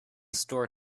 store